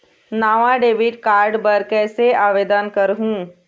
नावा debit card बर कैसे आवेदन करहूं?